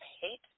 hate